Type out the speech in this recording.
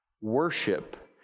worship